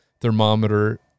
thermometer